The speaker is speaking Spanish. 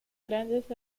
grandes